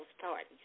parties